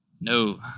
No